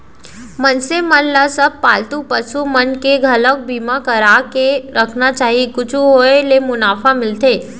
मनसे मन ल सब पालतू पसु मन के घलोक बीमा करा के रखना चाही कुछु होय ले मुवाजा मिलथे